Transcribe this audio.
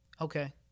Okay